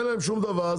אין להם שום דבר,